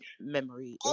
memory